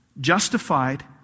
justified